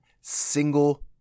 single